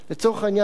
לצורך העניין,